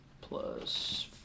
Plus